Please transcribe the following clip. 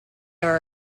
are